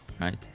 right